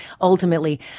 ultimately